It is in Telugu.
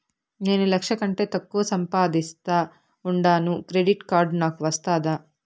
నేను లక్ష కంటే తక్కువ సంపాదిస్తా ఉండాను క్రెడిట్ కార్డు నాకు వస్తాదా